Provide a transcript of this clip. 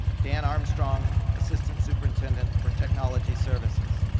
dan armstrong, assistant superintendent for technology services.